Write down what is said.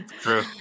True